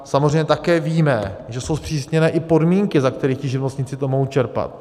Samozřejmě také víme, že jsou zpřísněné i podmínky, za kterých to živnostníci mohou čerpat.